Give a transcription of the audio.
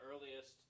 earliest